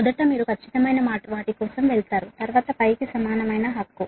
మొదట మీరు ఖచ్చితమైన వాటి కోసం వెళతారు తరువాత కి సమానమైనది